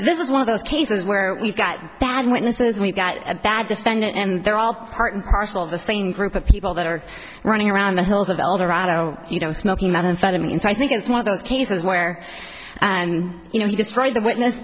this is one of those cases where we've got bad witnesses we've got a bad defendant and they're all part and parcel of this plane group of people that are running around the halls of eldorado you know smoking about unfed and so i think it's one of those cases where and you know he destroyed the witness